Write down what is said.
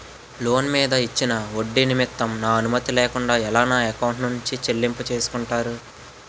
Loan మీద ఇచ్చిన ఒడ్డి నిమిత్తం నా అనుమతి లేకుండా ఎలా నా ఎకౌంట్ నుంచి చెల్లింపు చేసుకుంటారు?